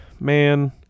man